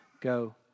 go